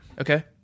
Okay